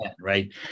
right